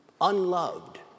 unloved